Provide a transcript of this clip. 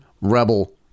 rebel